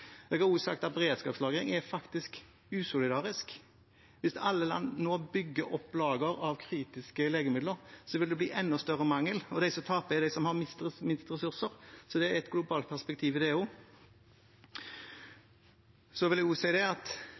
Jeg har også sagt at beredskapslagring er usolidarisk. Hvis alle land nå bygger opp lager av kritiske legemidler, vil det bli enda større mangler, og de som taper, er de som har minst ressurser. Det er et globalt perspektiv i det også. Jeg vil